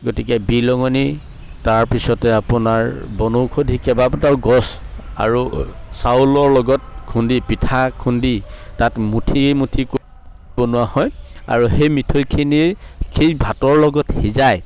গতিকে বিলঙনি তাৰপিছতে আপোনাৰ বনৌষধি কেইবা প্ৰকাৰৰ গছ আৰু চাউলৰ লগত খুন্দি পিঠা খুন্দি তাত মুঠি মুঠি বনোৱা হয় আৰু সেই মিঠৈখিনিৰ সেই ভাতৰ লগত সিজাই